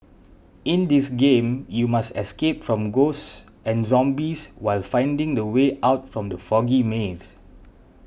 in this game you must escape from ghosts and zombies while finding the way out from the foggy maze